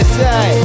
say